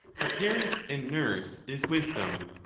the parent and nurse is wisdom.